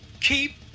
keep